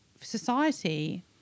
society